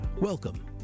Welcome